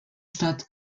stadt